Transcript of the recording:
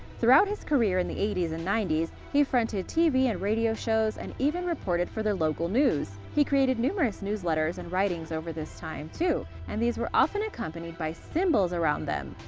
throughout his career in the eighty s and ninety s, he fronted tv and radio shows and even reported for the local news. he created numerous newsletters and writings over this time, too, and these were often accompanied by symbols around them,